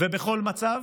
ובכל מצב,